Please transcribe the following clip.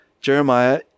Jeremiah